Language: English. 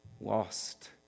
lost